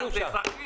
המוטציה.